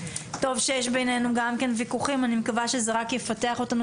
טוב שיש בינינו גם כן ויכוחים ואני מקווה שזה רק יפתח אותנו